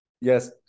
yes